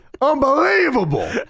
Unbelievable